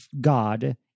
God